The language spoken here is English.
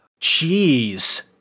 Jeez